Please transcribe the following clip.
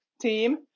team